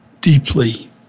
deeply